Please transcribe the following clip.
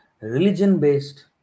religion-based